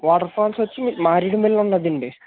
water falls వచ్చి మారేడుమిల్లి ఉన్నాదండి